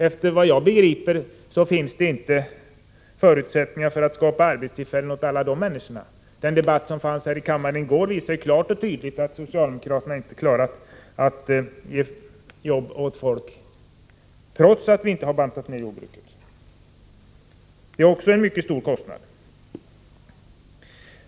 Efter vad jag begriper finns inte förutsättningar att skapa arbete åt så många människor. Den debatt som fördes i kammaren i går visar klart och tydligt att socialdemokraterna inte klarar att ge jobb åt folk, trots att vi inte har bantat ned jordbruket. Det blir också en mycket stor kostnad.